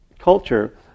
culture